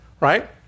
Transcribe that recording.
right